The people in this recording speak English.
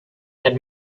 had